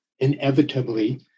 inevitably